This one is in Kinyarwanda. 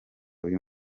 uyu